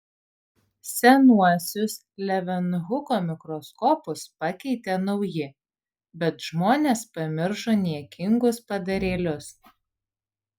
senuosius levenhuko mikroskopus pakeitė nauji bet žmonės pamiršo niekingus padarėlius